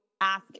ask